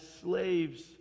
slaves